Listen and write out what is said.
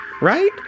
right